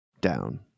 down